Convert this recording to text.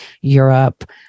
Europe